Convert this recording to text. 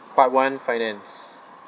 part one finance